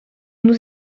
nous